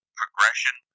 progression